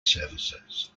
services